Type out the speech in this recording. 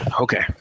Okay